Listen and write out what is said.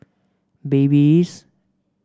Babyliss